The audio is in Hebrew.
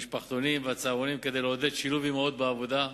המשפחתונים והצהרונים כדי לעודד שילוב אמהות בעבודה,